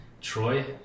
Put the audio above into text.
troy